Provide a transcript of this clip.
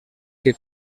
que